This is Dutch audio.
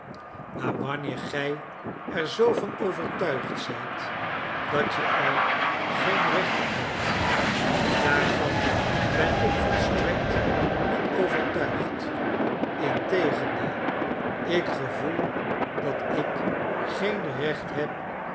maar wanneer gij er zoo van overtuigd zijt dat je er geen recht op hebt daarvan ben ik volstrekt niet overtuigd integendeel ik gevoel dat ik geen recht heb